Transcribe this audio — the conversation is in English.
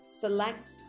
select